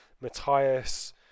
Matthias